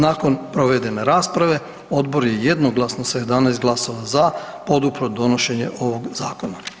Nakon provedene rasprave odbor je jednoglasno sa 11 glasova za podupro donošenje ovog zakona.